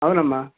అవునమ్మా